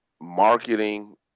Marketing